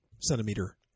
centimeter